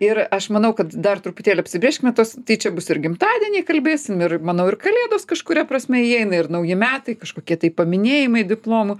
ir aš manau kad dar truputėlį apsibrėžkime tuos tai čia bus ir gimtadieniai kalbėsim ir manau ir kalėdos kažkuria prasme įeina ir nauji metai kažkokie tai paminėjimai diplomų